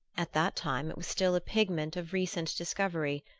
at that time it was still a pigment of recent discovery,